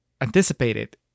anticipated